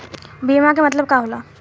बीमा के मतलब का होला?